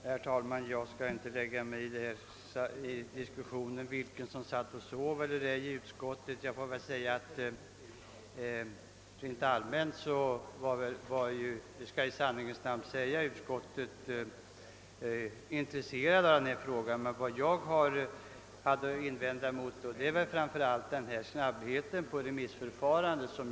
Herr talman! Jag skall inte lägga mig i diskussionen om vem som satt och sov i utskottet. I sanningens namn bör det ändå sägas, att utskottet rent allmänt varit intresserat av denna fråga. Vad jag framför allt vänt mig mot är snabbheten i remissförfarandet.